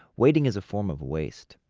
waiting is a form of waste.